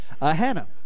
Hannah